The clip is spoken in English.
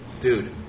dude